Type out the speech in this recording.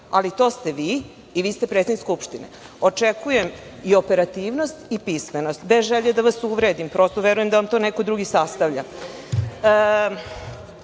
ali to ste vi i vi ste predsednik Skupštine. Očekujem i operativnost i pismenost, a bez želje da vas uvredim, prosto verujem da vam to neko drugi sastavlja. Sledeća